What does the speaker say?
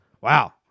wow